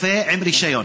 רופא עם רישיון.